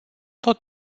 tot